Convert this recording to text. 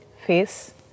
Face